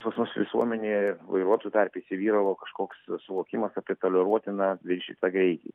pas mus visuomenėje vairuotojų tarpe įsivyravo kažkoks suvokimas apie toleruotiną viršytą greitį